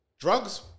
Drugs